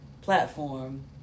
platform